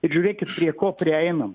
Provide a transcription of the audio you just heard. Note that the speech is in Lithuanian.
ir žiūrėkit prie ko prieinam